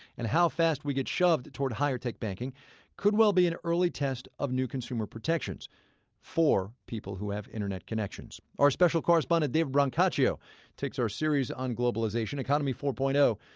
and how fast we get shoved toward higher-tech banking could well be an early test of new consumer protections for people who have internet connections our special correspondent david brancaccio takes our series on globalization, economy four point zero,